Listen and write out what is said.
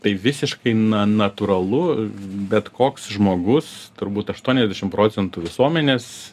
tai visiškai na natūralu bet koks žmogus turbūt aštuoniasdešim procentų visuomenės